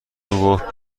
گفت